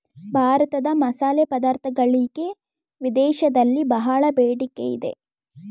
ಭಾರತದ ಮಸಾಲೆ ಪದಾರ್ಥಗಳಿಗೆ ವಿದೇಶದಲ್ಲಿ ಬಹಳ ಬೇಡಿಕೆ ಇದೆ